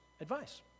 advice